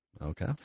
Okay